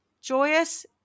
joyous